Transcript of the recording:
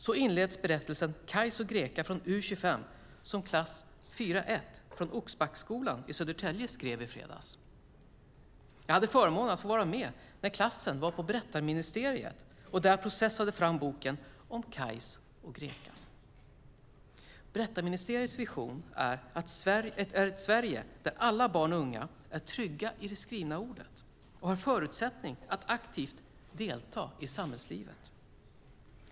Så inleds berättelsen Kajs och Greka från u25 som klass 4:1 i Oxbacksskolan i Södertälje skrev i fredags. Jag hade förmånen att få vara med när klassen var på Berättarministeriet och där processade fram boken om Kajs och Greka. Berättarministeriets vision är ett Sverige där alla barn och unga är trygga i det skrivna ordet och har förutsättningar att aktivt delta i samhällslivet.